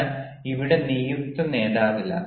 എന്നാൽ ഇവിടെ നിയുക്ത നേതാവില്ല